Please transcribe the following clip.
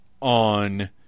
on